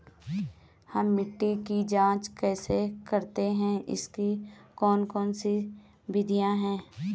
हम मिट्टी की जांच कैसे करते हैं इसकी कौन कौन सी विधियाँ है?